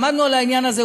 עמדנו על העניין הזה,